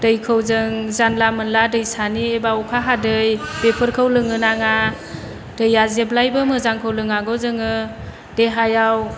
दैखौ जों जानला मोनला दैसानि बा अखा हादै बेफोरखौ लोंनो नाङा दैया जेब्लायबो मोजांखौ लोंनांगौ जोङो देहायाव